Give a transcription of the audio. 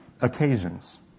occasions